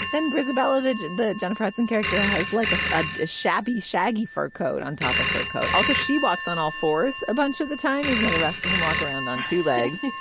then brizzi balloted. the jennifer hudson character has like ah a shabby shaggy fur coat on top of her coat. also, she walks on all fours a bunch of the time, even though the rest of them walk around on two legs.